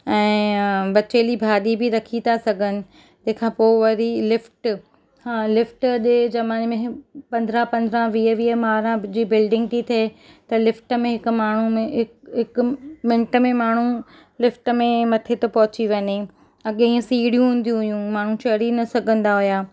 ऐं बचयली भाॼी बि रखी था सघनि तंहिंखां पोइ वरी लिफ्ट हा लिफ्ट जे ज़माने में पंदरहां पंदरहां वीह वीह माड़ा जी बिल्डिंग थी थिए त लिफ्ट में हिकु माण्हू में हिकु हिकु मिनट में माण्हू लिफ्ट में मथे थो पहुची वञे अॻे ईअं सीढ़ियूं हूंदी हुयूं माण्हू चढ़ी न सघंदा हुआ